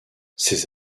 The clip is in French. ses